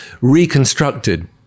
reconstructed